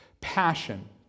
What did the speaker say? Passion